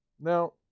now